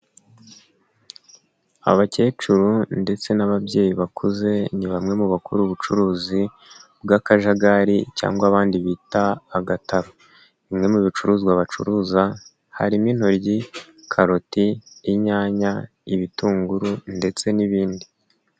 Abakecuru ndetse n'ababyeyi bakuze ni bamwe mu bakora ubucuruzi bw'akajagari cyangwa abandi bita agataro, bimwe mu bicuruzwa bacuruza harimo: intoryi, karoti, inyanya, ibitunguru ndetse n'ibindi.